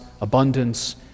abundance